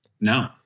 No